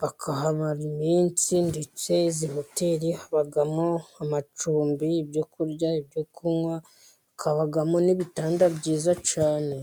bakahamara iminsi ndetse izi hoteri habamo amacumbi ,ibyo kurya, ibyo kunywa habamo n'ibitanda byiza cyane.